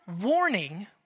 warning